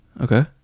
Okay